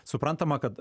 suprantama kad